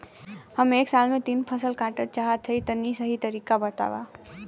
हम एक साल में तीन फसल काटल चाहत हइं तनि सही तरीका बतावा?